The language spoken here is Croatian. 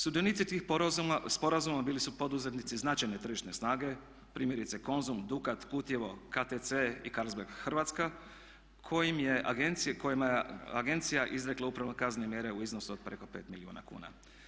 Sudionici tih sporazuma bili su poduzetnici značajne tržišne snage primjerice Konzum, Dukat, Kutjevo, KTC i Calsberg Hrvatska kojima je agencija izrekla upravo kaznene mjere u iznosu od preko 5 milijuna kuna.